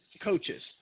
coaches